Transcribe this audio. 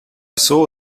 saw